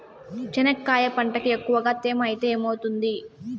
చెనక్కాయ పంటకి ఎక్కువగా తేమ ఐతే ఏమవుతుంది?